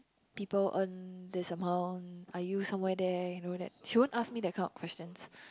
people earn this amount are you somewhere there you know that she won't ask me that kind of questions